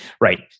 Right